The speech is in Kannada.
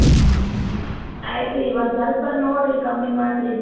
ಹ್ಞೂ ಆಯ್ತು ರೀ ಒಂದು ಸೊಲ್ಪರ ನೋಡ್ರಿ ಕಮ್ಮಿ ಮಾಡ್ರಿ